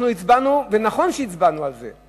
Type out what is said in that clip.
אנחנו הצבענו, ונכון שהצבענו על זה.